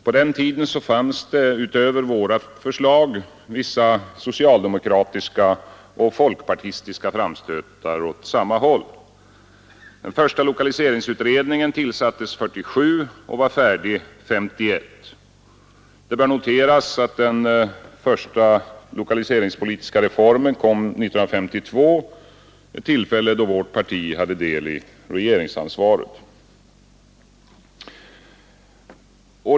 På den tiden fanns utöver våra förslag vissa socialdemokratiska och folkpartistiska framstötar åt samma håll. Den första lokaliseringsutredningen tillsattes 1947 och var färdig 1951. Det bör noteras att den första lokaliseringspolitiska reformen kom 1952, ett tillfälle då vårt parti hade del i regeringsansvaret.